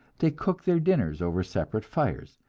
they cook their dinners over separate fires,